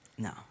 No